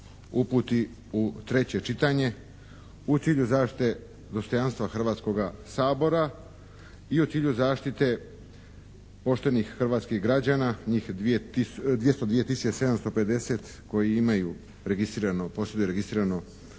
u treće čitanje u cilju zaštite dostojanstva Hrvatskoga sabora i u cilju zaštite poštenih hrvatskih građana, njih 202 tisuće 750 koji imaju registrirano,